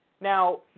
Now